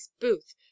Booth